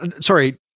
Sorry